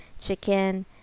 chicken